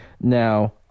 now